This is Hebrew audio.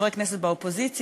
חברי כנסת באופוזיציה,